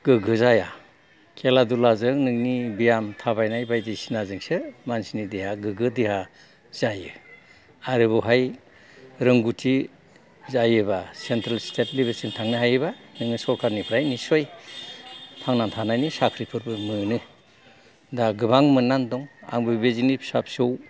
गोगो जाया खेला दुलाजों नोंनि बेयाम थाबायनाय बायदिसिना जोंसो मानसिनि देहाया गोगो देहा जायो आरो बेवहाय रोंगथि जायोबा सेन्ट्रेल स्टेट लेभेलसिम थांनो हायोबा नों सरकारनिफ्राय निशय थांना थानायनि साख्रिफोरबो मोनो दा गोबां मोननानै दं आंबो बेबायदिनो फिसा फिसौ